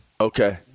Okay